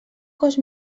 cos